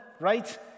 right